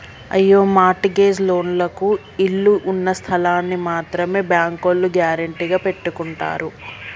అయ్యో mortgage లోన్లకు ఇళ్ళు ఉన్నస్థలాల్ని మాత్రమే బ్యాంకోల్లు గ్యారెంటీగా పెట్టుకుంటారు